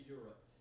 Europe